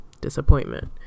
disappointment